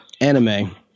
anime